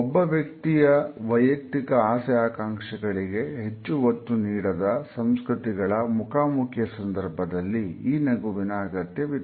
ಒಬ್ಬ ವ್ಯಕ್ತಿಯ ವೈಯಕ್ತಿಕ ಆಸೆ ಆಕಾಂಕ್ಷೆಗಳಿಗೆ ಹೆಚ್ಚು ಒತ್ತು ನೀಡದ ಸಂಸ್ಕೃತಿಗಳ ಮುಖಾಮುಖಿಯ ಸಂದರ್ಭದಲ್ಲಿ ಈ ನಗುವಿನ ಅಗತ್ಯವಿದೆ